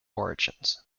origins